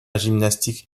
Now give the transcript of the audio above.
gymnastique